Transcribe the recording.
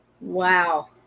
Wow